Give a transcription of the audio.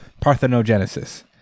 Parthenogenesis